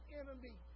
enemy